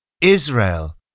Israel